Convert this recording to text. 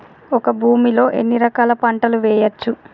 ఒక భూమి లో ఎన్ని రకాల పంటలు వేయచ్చు?